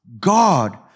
God